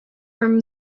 from